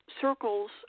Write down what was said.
circles